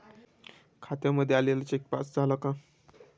खात्यामध्ये आलेला cheque pass झाला का?